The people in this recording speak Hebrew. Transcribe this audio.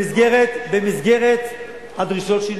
במסגרת הדרישות שלי